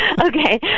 Okay